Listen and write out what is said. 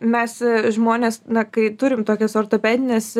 mes žmonės na kai turim tokias ortopedines